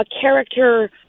character